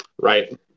Right